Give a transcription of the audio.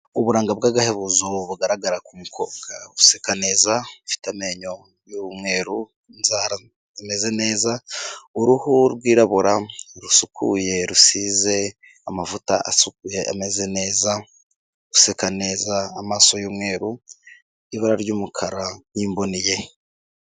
Uburanga bw'agahebuzo bugaragara ku mukobwa useka neza, ufite amenyo y'umweru amezeze neza, uruhu rw'irabura rusukuye rusize amavuta asukuye ameze neza, useka neza, amaso y'umweru, ibara ry'umukara y'imboni ye.